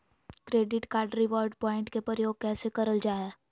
Credit card reward point के प्रयोग कैसे करल जा है?